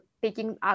taking